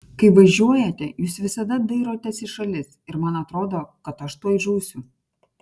kai važiuojate jūs visada dairotės į šalis ir man atrodo kad aš tuoj žūsiu